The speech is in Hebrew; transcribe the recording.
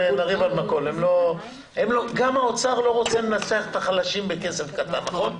גם האוצר לא רוצה לנצח את החלשים בכסף קטן, נכון?